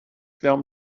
them